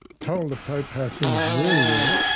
told the pope how things really were,